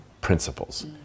principles